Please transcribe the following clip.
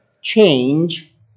change